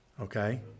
okay